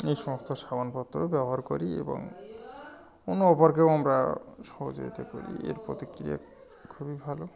এই সমস্ত সাবানপত্র ব্যবহার করি এবং অন্য অপরকেও আমরা সহযোগিতা করি এর প্রতিক্রিয়া খুবই ভালো